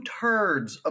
turds